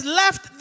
left